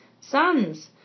sons